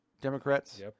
Democrats